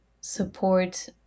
support